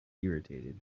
irritated